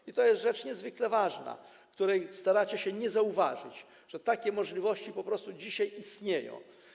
I to jest rzecz niezwykle ważna, której staracie się nie zauważyć, że takie możliwości po prostu dzisiaj istnieją.